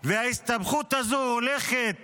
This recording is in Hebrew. וההסתבכות הזאת הולכת